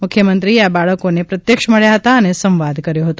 મુખ્યમંત્રી આ બાળકોને પ્રત્યક્ષ મળ્યા હતા અને સંવાદ કર્યો હતો